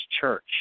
church